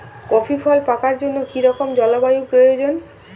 Coffee ফল পাকার জন্য কী রকম জলবায়ু প্রয়োজন?